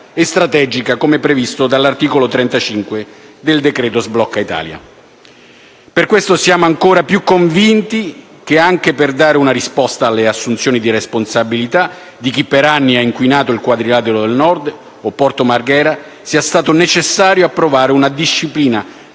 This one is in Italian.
e strategica, come previsto dall'articolo 35 del decreto sblocca Italia. Per questo siamo ancora più convinti che, anche per dare una risposta alle assunzioni di responsabilità di chi per anni ha inquinato il cosiddetto Quadrilatero del Nord o Porto Marghera, sia stato necessario approvare la nuova disciplina